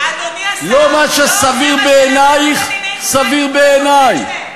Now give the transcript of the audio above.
לא מה שסביר בעינייך סביר בעיני,